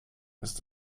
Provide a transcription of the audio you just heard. ist